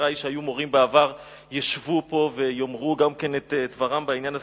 שחברי שהיו מורים בעבר ישבו פה ויאמרו גם את דברם בעניין הזה.